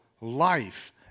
life